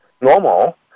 normal